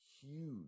huge